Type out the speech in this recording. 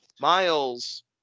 miles